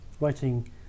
writing